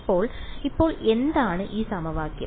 അപ്പോൾ ഇപ്പോൾ എന്താണ് ഈ സമവാക്യം